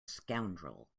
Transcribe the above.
scoundrel